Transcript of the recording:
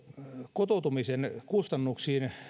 kotoutumisen kustannuksiin